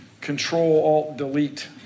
Control-Alt-Delete